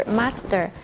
master